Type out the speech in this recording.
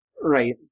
right